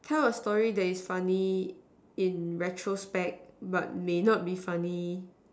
tell a story that is funny in retro spec but may not be funny